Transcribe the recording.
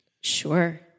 Sure